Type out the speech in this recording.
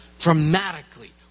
dramatically